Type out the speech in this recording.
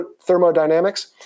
thermodynamics